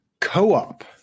co-op